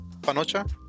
panocha